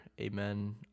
Amen